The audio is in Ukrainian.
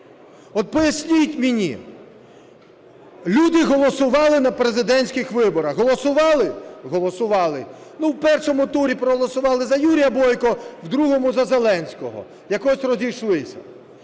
От поясніть мені, люди голосували на президентських виборах. Голосували? Голосували. В першому турі проголосували за Юрія Бойка, в другому – за Зеленського, якось розійшлися.